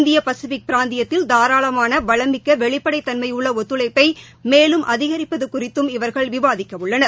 இந்திய பசிபிக் பிராந்தியத்தில் தாராளமான வளம்மிக்க வெளிப்படை தள்மையுள்ள ஒத்துழைப்பை மேலும் அதிகரிப்பது குறித்தும் இவர்கள் விவாதிக்கவுள்ளனர்